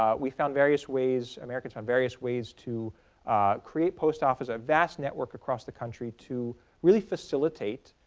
ah we found various ways americans found various ways to create post offices, a vast network across the country to really facilitate